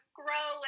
grow